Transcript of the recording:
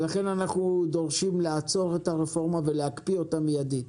לכן אנחנו דורשים לעצור את הרפורמה ולהקפיא אותה מיידית.